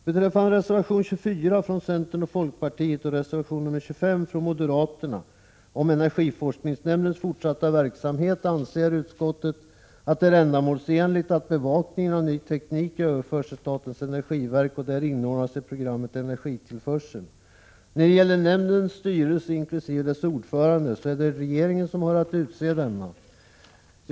Beträffande reservation 24 från centern och folkpartiet och reservation 25 från moderaterna om energiforskningsnämndens fortsatta verksamhet anser utskottet att det är ändamålsenligt att bevakningen av ny teknik överförs till statens energiverk och där inordnas i programmet energitillförsel. När det gäller nämndens styrelse inkl. dess ordförande, så är det regeringen som har att utse denna.